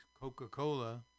Coca-Cola